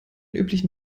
üblichen